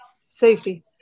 safety